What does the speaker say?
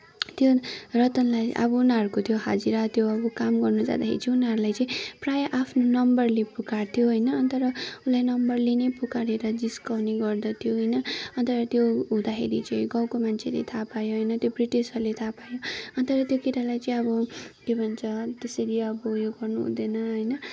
त्यो रतनलाल अब उनीहरूको त्यो हाजिरा त्यो अब काम गर्न जाँदाखेरि चाहिँ उनीहरूलाई चाहिँ प्रायः आफ्नो नम्बरले पुकार्थ्यो होइन अनि तर उसलाई नम्बरले नै पुकारेर जिस्काउने गर्दथ्यो होइन अन्त त्यो हुँदाखेरि चाहिँ गाउँको मान्छेले थाहा पायो होइन त्यो ब्रिटिसहरूले थाहा पायो अन्त त्यो केटालाई चाहिँ अब के भन्छ त्यसरी अब उयो गर्नुहुँदैन होइन